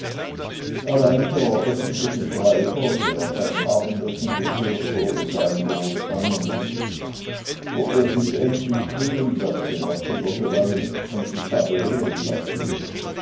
allein der öffentliche schreiber der an seinem abendessen gestört wurde sah ihn groß an und rief ob er sich endlich sehen lasse nachdem er so lang nichts von sich habe hören lassen